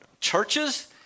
churches